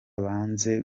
banze